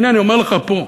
הנה, אני אומר לך פה,